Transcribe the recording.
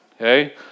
okay